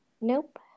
Nope